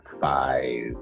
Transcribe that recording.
five